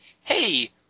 hey